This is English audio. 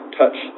touch